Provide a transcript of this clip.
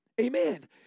Amen